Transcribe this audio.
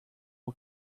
who